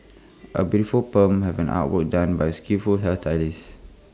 A beautiful perm have an artwork done by A skilful hairstylist